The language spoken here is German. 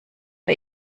bei